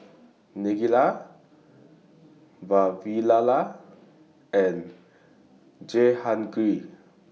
Neila Vavilala and Jehangirr